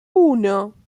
uno